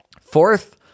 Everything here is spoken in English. Fourth